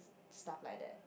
stuff like that